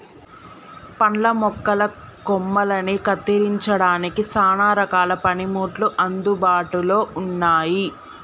పండ్ల మొక్కల కొమ్మలని కత్తిరించడానికి సానా రకాల పనిముట్లు అందుబాటులో ఉన్నాయి